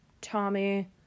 Tommy